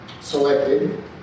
selected